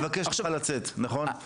הוא מבקש ממך לצאת, נכון?